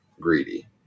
greedy